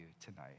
tonight